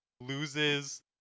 loses